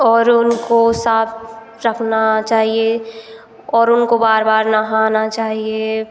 और उनको साफ़ रखना चाहिए और उनको बार बार नहाना चाहिए